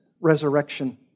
resurrection